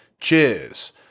Cheers